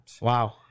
Wow